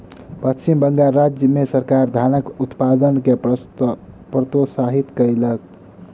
पश्चिम बंगाल राज्य मे सरकार धानक उत्पादन के प्रोत्साहित कयलक